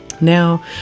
Now